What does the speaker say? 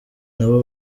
nabo